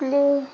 play